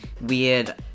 weird